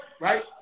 right